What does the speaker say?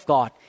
God